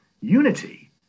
unity